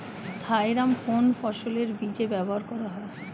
Thiram কোন ফসলের বীজে ব্যবহার করা হয়?